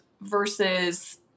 versus